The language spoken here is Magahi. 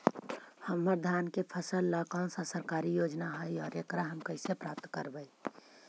हमर धान के फ़सल ला कौन सा सरकारी योजना हई और एकरा हम कैसे प्राप्त करबई?